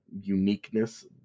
uniqueness